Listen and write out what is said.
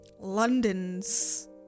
london's